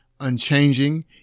Unchanging